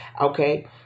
Okay